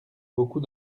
beaucoup